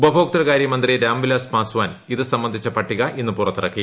ഉപഭോക്തൃകാരൃ മന്ത്രി രാംവിലാസ് പാസ്വാൻ ഇത് സംബന്ധിച്ച പട്ടിക ഇന്ന് പുറത്തിറക്കി